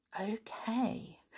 okay